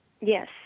Yes